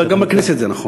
אבל גם בכנסת זה נכון.